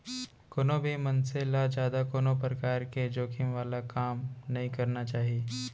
कोनो भी मनसे ल जादा कोनो परकार के जोखिम वाला काम नइ करना चाही